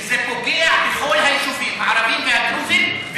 שזה פוגע בכל היישובים הערביים והדרוזיים,